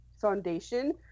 foundation